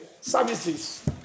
services